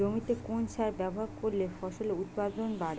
জমিতে কোন সার ব্যবহার করলে ফসলের উৎপাদন বাড়ে?